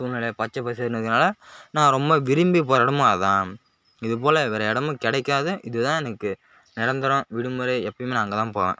சூழ்நிலை பச்சைபசேல்னு இருக்கிறதுனால நான் ரொம்ப விரும்பி போகிற இடமும் அதுதான் இதுப்போல வேறு இடமும் கிடைக்காது இதுதான் எனக்கு நிரந்தரோம் விடுமுறை எப்பயுமே நான் அங்கேதான் போவேன்